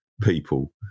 people